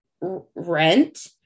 rent